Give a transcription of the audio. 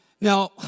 Now